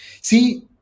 see